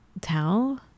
tell